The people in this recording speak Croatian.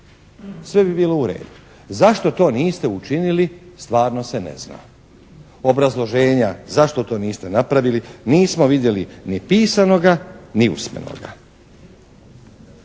sve bi bilo u redu. Zašto to niste učinili stvarno se ne zna. Obrazloženja zašto to niste napravili nismo vidjeli ni pisanoga ni usmenoga.